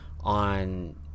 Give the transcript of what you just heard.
on